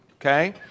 Okay